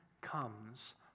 comes